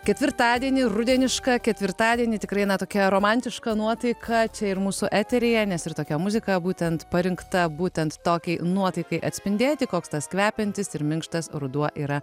ketvirtadienį rudenišką ketvirtadienį tikrai na tokia romantiška nuotaika čia ir mūsų eteryje nes ir tokia muzika būtent parinkta būtent tokiai nuotaikai atspindėti koks tas kvepiantis ir minkštas ruduo yra